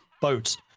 boats